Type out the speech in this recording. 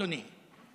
אדוני.